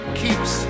keeps